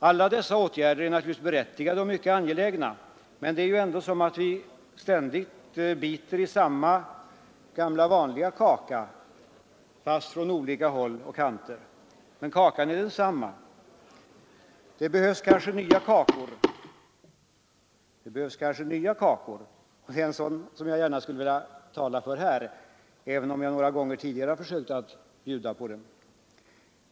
Alla dessa åtgärder är naturligtvis berättigade och mycket angelägna, men det är ju ändå som om vi ständigt biter i samma gamla kaka — fast från olika håll och kanter. Det behövs kanske nya kakor, och det är en sådan som jag gärna skulle vilja tala för här — även om jag några gånger tidigare har försökt bjuda på den.